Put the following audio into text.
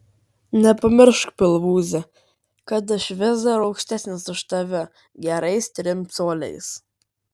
nepamiršk pilvūze kad aš vis dar aukštesnis už tave gerais trim coliais